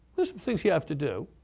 there's some things you have to do.